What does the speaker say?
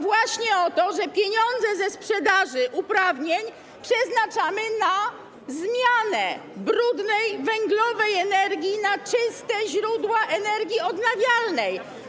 Właśnie chodzi o to, że pieniądze ze sprzedaży uprawnień przeznaczamy na zmianę brudnej, węglowej energii na czyste źródła energii odnawialnej.